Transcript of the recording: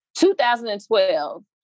2012